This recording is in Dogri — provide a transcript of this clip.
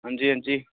अंजी अंजी